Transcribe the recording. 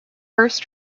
first